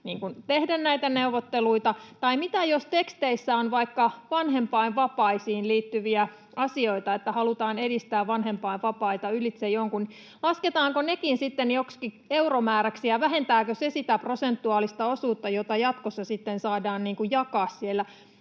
tehdä näitä neuvotteluita? Tai mitä jos teksteissä on vaikka vanhempainvapaisiin liittyviä asioita, että halutaan edistää vanhempainvapaita ylitse jonkun, niin lasketaanko nekin sitten joksikin euromääräksi, ja vähentääkö se sitä prosentuaalista osuutta, jota jatkossa sitten saadaan jakaa siellä